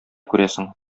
күрәсең